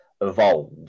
evolve